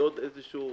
זה עוד משהו שעשינו.